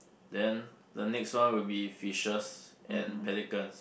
then the next one will be fishes and pelicans